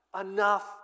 enough